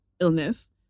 illness